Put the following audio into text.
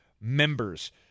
members